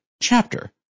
chapter